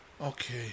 Okay